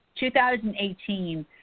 2018